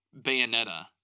Bayonetta